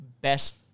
best